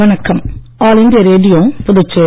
வணக்கம் all India Radio Puducherry